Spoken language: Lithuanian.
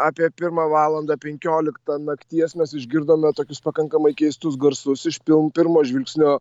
apie pirmą valandą penkioliktą nakties mes išgirdome tokius pakankamai keistus garsus iš pil pirmo žvilgsnio